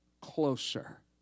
closer